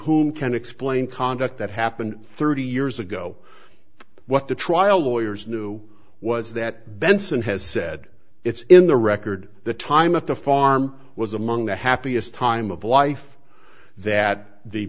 whom can explain conduct that happened thirty years ago what the trial lawyers knew was that benson has said it's in the record the time at the farm was among the happiest time of life that the